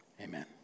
Amen